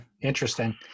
interesting